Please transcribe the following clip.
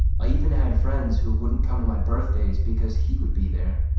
i even had friends who wouldn't come to my birthdays because he would be there.